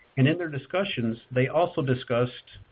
and in their discussions, they also discussed